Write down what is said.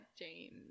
James